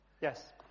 Yes